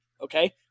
Okay